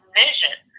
vision